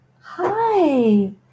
Hi